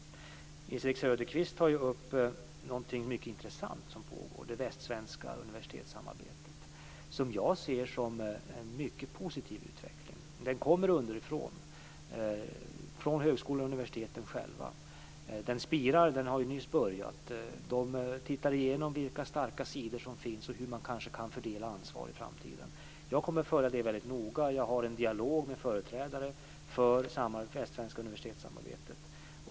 Nils-Erik Söderqvist tar upp någonting mycket intressant som pågår, nämligen det västsvenska universitetssamarbetet, som jag ser som mycket positivt. Det kommer underifrån, från högskolorna och universiteten själva. Samarbetet spirar eftersom det nyss har inletts. Man går igenom vilka starka sidor som finns och hur ansvaret kan fördelas i framtiden. Jag kommer att följa detta samarbete väldigt noga och ha en dialog med företrädare för det västsvenska universitetssamarbetet.